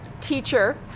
teacher